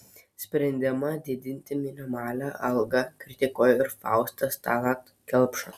sprendimą didinti minimalią algą kritikuoja ir faustas tallat kelpša